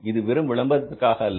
இது வெறும் விளம்பரத்திற்காக அல்ல